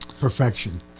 perfection